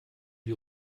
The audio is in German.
wir